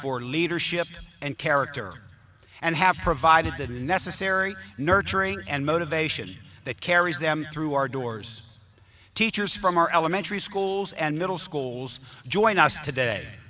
for leadership and character and have provided the necessary nurturing and motivation that carries them through our doors teachers from our elementary schools and middle schools join us today